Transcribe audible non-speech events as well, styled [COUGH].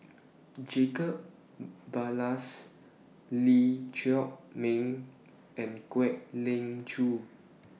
Jacob [HESITATION] Ballas Lee Chiaw Meng and Kwek Leng Joo